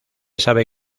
sabe